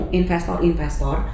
investor-investor